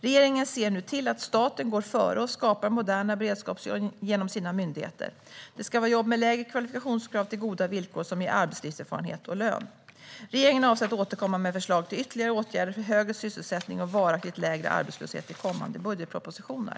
Regeringen ser nu till att staten går före och skapar moderna beredskapsjobb genom sina myndigheter. Det ska vara jobb med lägre kvalifikationskrav till goda villkor som ger arbetslivserfarenhet och lön. Regeringen avser att återkomma med förslag på ytterligare åtgärder för högre sysselsättning och varaktigt lägre arbetslöshet i kommande budgetpropositioner.